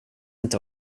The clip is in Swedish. inte